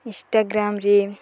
ଇନ୍ଷ୍ଟାଗ୍ରାମ୍ରେ